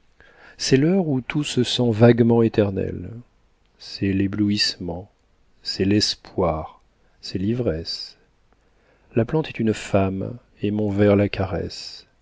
c'est l'heure où tout se sent vaguement éternel c'est l'éblouissement c'est l'espoir c'est l'ivresse la plante est une femme et mon vers la caresse